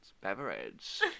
beverage